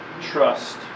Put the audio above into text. trust